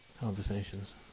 conversations